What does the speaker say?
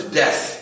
death